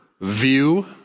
view